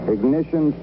Ignition